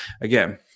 again